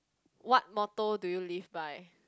what motto do you live by